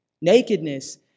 Nakedness